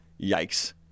Yikes